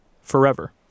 Forever